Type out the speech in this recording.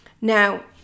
Now